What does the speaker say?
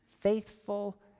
faithful